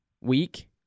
week